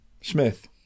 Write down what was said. Smith